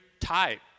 type